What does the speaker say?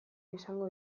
izango